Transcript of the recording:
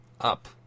Up